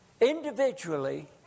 individually